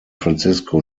francisco